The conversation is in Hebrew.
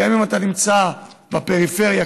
אם אתה נמצא בפריפריה,